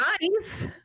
nice